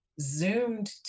zoomed